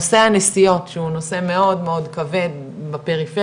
נושא הנסיעות שהוא נושא מאוד כבד בפריפריה,